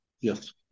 Yes